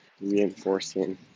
reinforcing